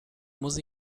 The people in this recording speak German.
muss